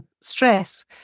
stress